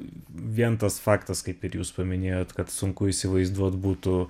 vien tas faktas kaip ir jūs paminėjot kad sunku įsivaizduot būtų